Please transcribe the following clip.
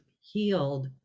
healed